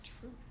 truth